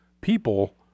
people